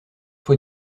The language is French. fois